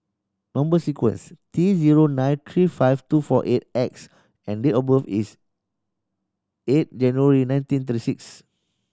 number sequence T zero nine three five two four eight X and date of birth is eight January nineteen thirty six